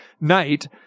night